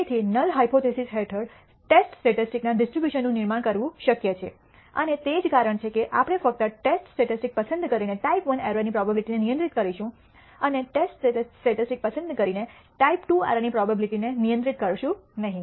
તેથી null hypothesis હેઠળ test સ્ટેટિસ્ટિક્સના ડિસ્ટ્રીબ્યુશનનું નિર્માણ કરવું શક્ય છે અને તે જ કારણ છે કે આપણે ફક્ત ટેસ્ટ સ્ટેટિસ્ટિક્સ પસંદ કરીને ટાઈપ I એરર ની પ્રોબેબીલીટી ને નિયંત્રિત કરીશું અને ટેસ્ટ સ્ટેટિસ્ટિક્સ પસંદ કરીને ટાઈપ II એરર ની પ્રોબેબીલીટી ને નિયંત્રિત કરીશું નહીં